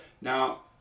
Now